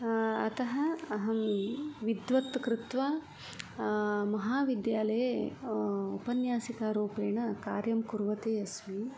अतः अहं विद्वत् कृत्वा महाविद्यालये उपन्यासिकारूपेण कार्यं कुर्वती अस्मि